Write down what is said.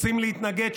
רוצים להתנגד?